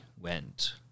went